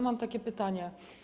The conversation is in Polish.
Mam takie pytania.